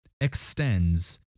Extends